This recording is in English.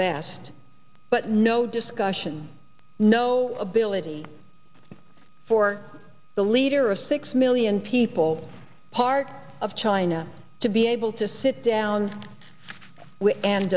best but no discussion no ability for the leader of six million people part of china to be able to sit down and